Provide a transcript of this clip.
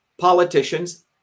politicians